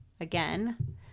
again